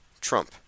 Trump